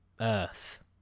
earth